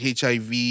HIV